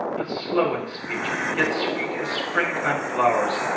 but slow in speech, yet sweet as spring-time flowers.